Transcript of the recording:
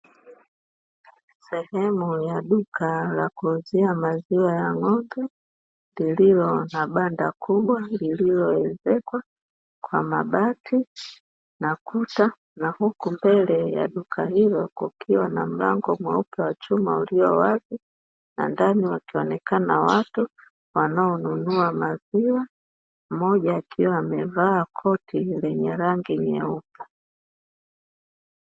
Sehemu ya duka la kuuzia maziwa ya moto, iliyo na banda kubwa lililoezekwa kwa mabati na kuta, na huku mbele ya duka hilo kukiwa na mlango mweupe wa chuma ulio wazi, na ndani watu wamekaa na wateja wanaonunua maziwa, mmoja akiwa akiwa amevaa koti lenye rangi nyeupe.